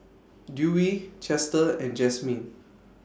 Dewey Chester and Jazmin